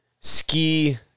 Ski